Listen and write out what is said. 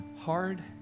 hard